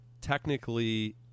technically